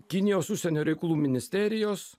kinijos užsienio reikalų ministerijos